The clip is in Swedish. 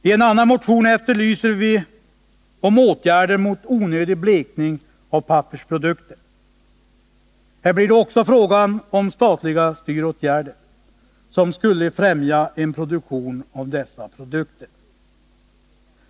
I en annan motion efterlyser vi åtgärder mot onödig blekning av pappersprodukter. Här blir det också frågan om statliga styråtgärder, som skulle främja en produktion av dessa produkter.